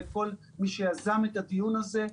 ואת כל מי שיזם את הדיון הזה,